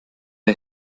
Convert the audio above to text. der